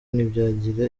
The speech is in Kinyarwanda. ntibyagira